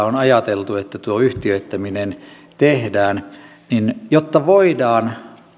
on ajateltu että tuo yhtiöittäminen tehdään jotta voidaan